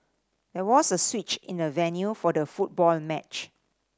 there was a switch in the venue for the football match